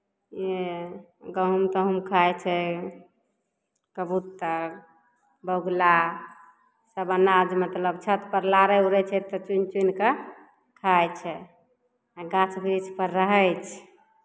ई गहुम तहुम खाइ छै कबूतर बगुला सभ अनाज मतलब छतपर लारै उरै छै तऽ चुनि चुनि कऽ खाइ छै आ गाछ वृक्षपर रहै छै